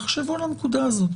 תחשבו על הנקודה הזאת.